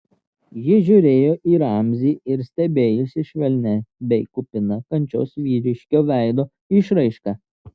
ji žiūrėjo į ramzį ir stebėjosi švelnia bei kupina kančios vyriškio veido išraiška